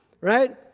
right